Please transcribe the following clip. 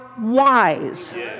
wise